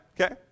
Okay